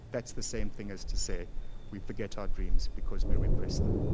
that's the same thing as to say we forget our dreams because we repress them.